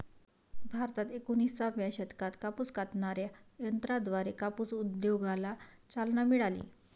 भारतात एकोणिसाव्या शतकात कापूस कातणाऱ्या यंत्राद्वारे कापूस उद्योगाला चालना मिळाली